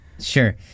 Sure